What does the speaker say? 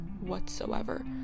whatsoever